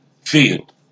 field